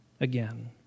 again